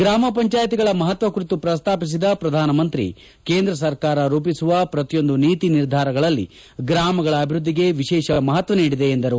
ಗ್ರಾಮ ಪಂಚಾಯಿತಿಗಳ ಮಹತ್ವ ಕುರಿತು ಪ್ರಸ್ತಾಪಿಸಿದ ಪ್ರಧಾನಮಂತ್ರಿ ಕೇಂದ್ರ ಸರ್ಕಾರ ರೂಪಿಸುವ ಪ್ರತಿಯೊಂದು ನೀತಿ ನಿರ್ಧಾರಗಳಲ್ಲಿ ಗ್ರಾಮಗಳ ಅಭಿವೃದ್ದಿಗೆ ವಿಶೇಷ ಮಹತ್ವ ನೀಡಿದೆ ಎಂದು ಹೇಳಿದರು